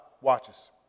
watches